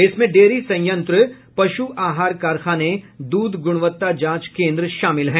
इसमें डेयरी संयंत्र पशु आहार कारखाने दूध गुणवत्ता जांच केन्द्र शामिल है